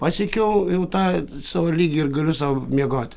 pasiekiau jau tą savo lygį ir galiu sau miegoti